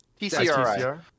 TCRI